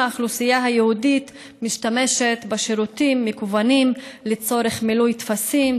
מהאוכלוסייה היהודית משתמשת בשירותים מקוונים לצורך מילוי טפסים,